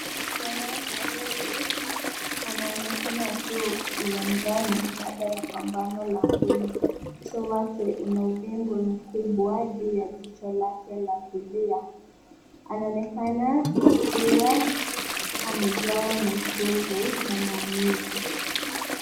Mwanaume huyu anaonekana akiwa uwanjani baada ya pambano la ngumi . Uso wake una uvimbe mkubwa juu ya jicho lake la kulia. Anaonekana akiwa amejawa na uchovu na maumivu.